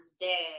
day